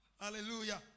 Hallelujah